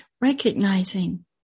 Recognizing